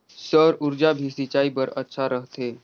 सौर ऊर्जा भी सिंचाई बर अच्छा रहथे?